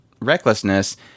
recklessness